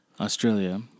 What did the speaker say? Australia